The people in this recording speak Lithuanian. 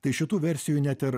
tai šitų versijų net ir